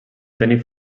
tenir